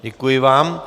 Děkuji vám.